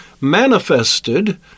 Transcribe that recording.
manifested